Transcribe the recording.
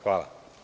Hvala.